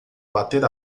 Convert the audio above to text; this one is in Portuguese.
bater